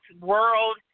world